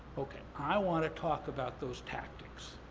okay, i wanna talk about those tactics.